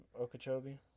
Okeechobee